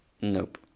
Nope